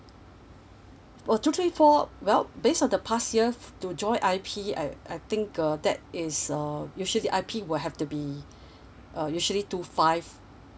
uh two three four well based on the past year to join I_P I~ I think uh that is uh usually I_P will have to be uh usually two five